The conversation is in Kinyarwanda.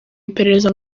iperereza